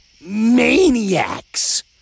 maniacs